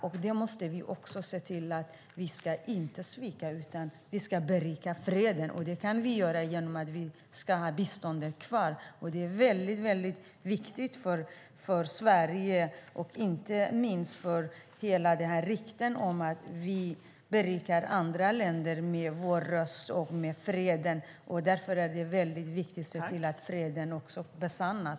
Vi måste se till att vi inte ska svika utan berika freden. Det kan vi göra genom att vi har kvar biståndet. Det är väldigt viktigt för Sverige och inte minst för ryktet om att vi berikar andra länder med vår röst och med freden. Därför är det viktigt att se till att freden besannas.